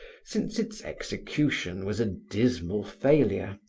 since its execution was a dismal failure.